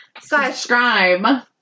subscribe